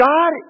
God